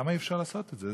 אי-אפשר לעשות את זה?